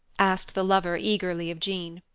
asked the lover eagerly of jean.